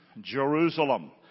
Jerusalem